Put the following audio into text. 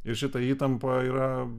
ir šita įtampa yra